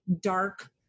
dark